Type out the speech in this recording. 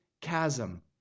chasm